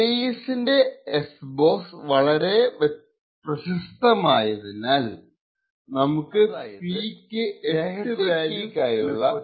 AES S box വളരെ പ്രശസ്തമായതിനാൽ നമുക്ക് P ക്ക് എട്ടു വാല്യൂസ് എളുപ്പത്തിൽ കണ്ടുപിടിക്കാൻ കഴിയും